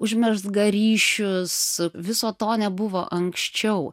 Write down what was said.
užmezga ryšius viso to nebuvo anksčiau